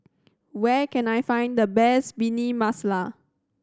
where can I find the best Bhindi Masala